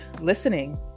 listening